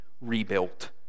rebuilt